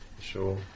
sure